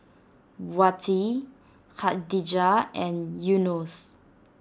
Wati Khadija and Yunos